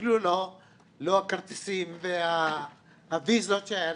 אפילו לא הכרטיסים והוויזות,